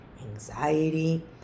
anxiety